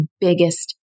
biggest